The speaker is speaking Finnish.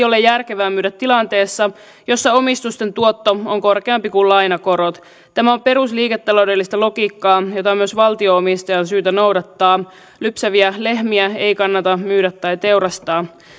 ole järkevää myydä tilanteessa jossa omistusten tuotto on korkeampi kuin lainakorot tämä on perusliiketaloudellista logiikkaa jota myös valtio omistajan on syytä noudattaa lypsäviä lehmiä ei kannata myydä tai teurastaa